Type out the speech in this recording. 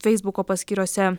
feisbuko paskyrose